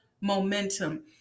momentum